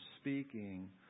speaking